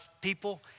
people